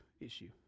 issue